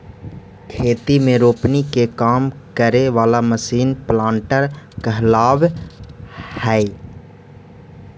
खेती में रोपनी के काम करे वाला मशीन प्लांटर कहलावऽ हई